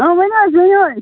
آ ؤنِو حظ ؤنِو حَظ